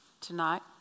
tonight